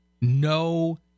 no